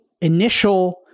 initial